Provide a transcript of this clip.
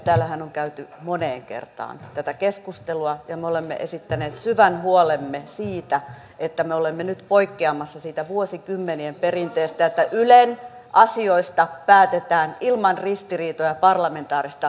täällähän on käyty moneen kertaan tätä keskustelua ja me olemme esittäneet syvän huolemme siitä että me olemme nyt poikkeamassa siitä vuosikymmenien perinteestä että ylen asioista päätetään ilman ristiriitoja parlamentaarista menettelyä kunnioittaen